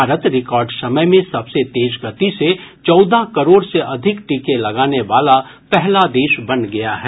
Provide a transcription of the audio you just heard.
Bharat record समय में सबसे तेज गति से चौदह करोड़ से अधिक टीके लगाने वाला पहला देश बन गया है